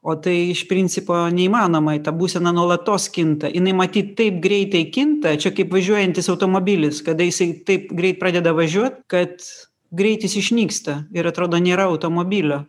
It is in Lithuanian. o tai iš principo neįmanoma į tą būseną nuolatos kinta jinai matyt taip greitai kinta čia kaip važiuojantis automobilis kada jisai taip greit pradeda važiuot kad greitis išnyksta ir atrodo nėra automobilio